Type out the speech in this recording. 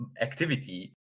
activity